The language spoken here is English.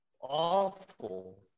awful